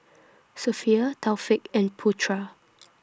Sofea Taufik and Putra